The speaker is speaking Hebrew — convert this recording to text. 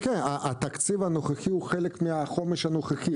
התקציב הנוכחי הוא חלק מהחומש הנוכחי.